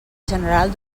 general